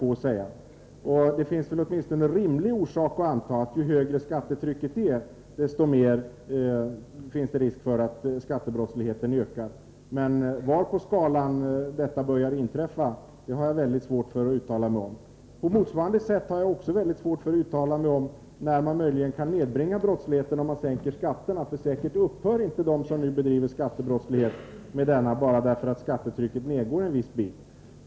Nr 118 Det finns åtminstone rimliga orsaker att anta, att ju högre skattetrycket är, desto större risk finns det för att skattebrottsligheten ökar. Men jag har Rd mycket svårt för att uttala mig om var på skalan detta börjar inträffa. P Jag har också på motsvarande sätt svårt att uttala mig om när man möjligen SRS RE ä å 2 Ekonomisk brottskan nedbringa brottsligheten om man sänker skatten. De som nu bedriver lighet skattebrottslighet upphör säkert inte med denna bara därför att skattetrycket går ned en viss bit.